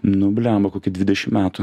nu blema koki dvidešim metų